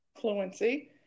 fluency